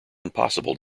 impossible